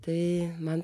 tai man